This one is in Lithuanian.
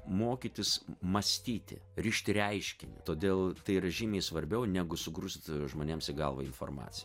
mokytis mąstyti rišti reiškinį todėl tai yra žymiai svarbiau negu sugrūst žmonėms į galvą informaciją